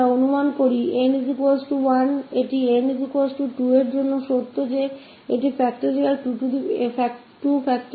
अगर हम मानते है n1 यह n2 क लिए सत्य है यह होगा 2